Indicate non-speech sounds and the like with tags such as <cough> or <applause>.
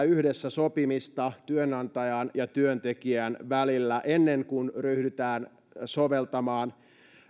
<unintelligible> yhdessä sopimista työnantajan ja työntekijän välillä ennen kuin ryhdytään soveltamaan